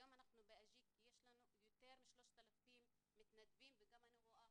היום באג'יק יש לנו יותר מ-3,000 מתנדבים ואני רואה